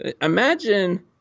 Imagine